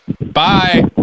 Bye